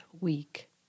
week